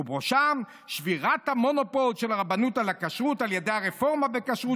ובראשם שבירת המונופול של הרבנות על הכשרות על ידי הרפורמה בכשרות,